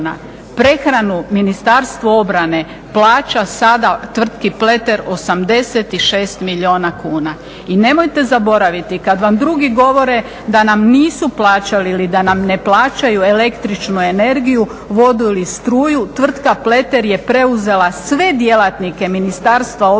Prehranu Ministarstvo obrane plaća sada tvrtki "Pleter" 86 milijuna kuna. I nemojte zaboraviti kad vam drugi govore da nam nisu plaćali ili da nam ne plaćaju električnu energiju, vodu ili struju, tvrtka "Pleter" je preuzela sve djelatnike Ministarstva obrane